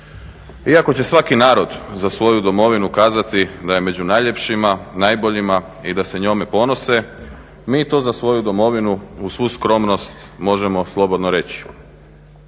Iako će svaki narod za svoju domovinu kazati da je među najljepšima, najboljima i da se njome ponose, mi to za svoju domovinu uz svu skromnost možemo slobodno reći.